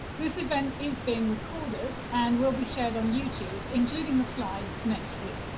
this event is being recorded and will be shared on youtube, including the slides, next week.